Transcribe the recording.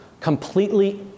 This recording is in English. completely